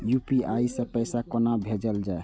UPI सै पैसा कोना भैजल जाय?